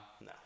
No